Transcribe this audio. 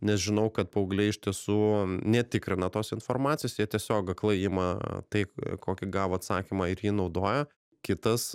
nes žinau kad paaugliai iš tiesų netikrina tos informacijos jie tiesiog aklai ima tai kokį gavo atsakymą ir jį naudoja kitas